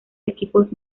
equipos